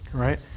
right?